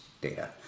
data